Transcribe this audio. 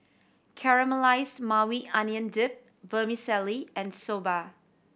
Caramelized Maui Onion Dip Vermicelli and Soba